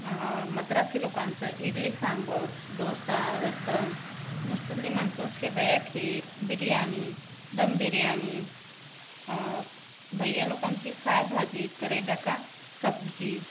मद्रासी लोकांचं इडली सांबर डोसा रसम मुस्लिमांचं शेवया खेर बिर्याणी दम बिर्याणी भैया लोकांची सायभाजी करेला का सब्जी